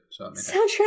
Soundtrack